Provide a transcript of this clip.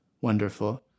wonderful